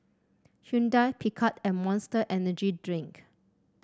Hyundai Picard and Monster Energy Drink